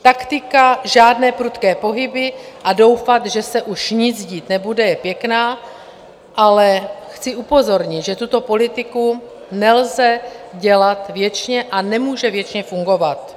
Taktika žádné prudké pohyby a doufat, že se už nic dít nebude, je pěkná, ale chci upozornit, že tuto politiku nelze dělat věčně a nemůže věčně fungovat.